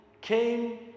came